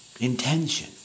intention